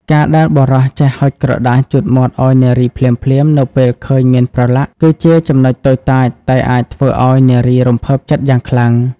ការដែលបុរសចេះហុចក្រដាសជូតមាត់ឱ្យនារីភ្លាមៗនៅពេលឃើញមានប្រឡាក់ គឺជាចំណុចតូចតាចតែអាចធ្វើឱ្យនារីរំភើបចិត្តយ៉ាងខ្លាំង។